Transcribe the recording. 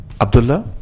Abdullah